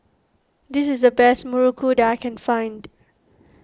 this is the best Muruku that I can find